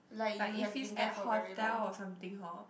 but if it's at hotel or something hor